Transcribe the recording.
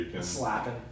slapping